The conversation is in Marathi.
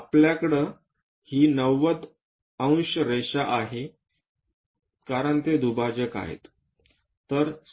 आपल्याकडे ही 90 डिग्री रेषा आहे कारण ते दुभाजक आहेत